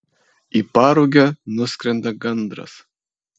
į parugę nuskrenda gandras